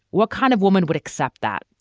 what kind of woman would accept that?